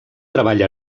treball